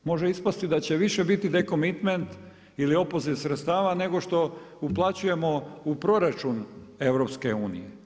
Može ispasti da će više biti de komitent ili opoziv sredstava nego što uplaćujemo u proračun EU.